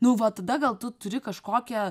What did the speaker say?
nu va tada gal tu turi kažkokią